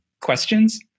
questions